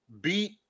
beat